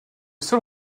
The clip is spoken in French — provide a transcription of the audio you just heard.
seul